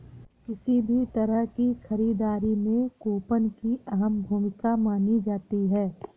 किसी भी तरह की खरीददारी में कूपन की अहम भूमिका मानी जाती है